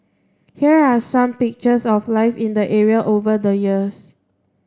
here are some pictures of life in the area over the years